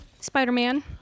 Spider-Man